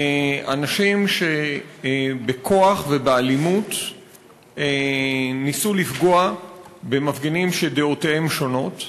אנשים שבכוח ובאלימות ניסו לפגוע במפגינים שדעותיהם שונות,